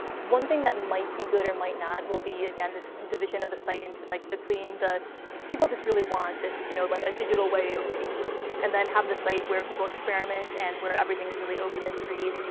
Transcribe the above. one thing that might be good, or might not, will be, again, this division of the site into like the clean people just really want a you know like digital way of reading ulysses. and then have the site where people experiment and where everything is really open and free.